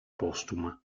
postuma